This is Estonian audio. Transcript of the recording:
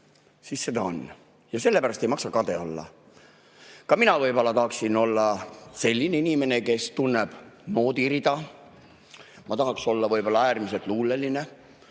siis seda on, ja sellepärast ei maksa kade olla. Ka mina tahaksin olla selline inimene, kes tunneb noodirida. Ma tahaks olla võib-olla äärmiselt luuleline.